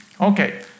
Okay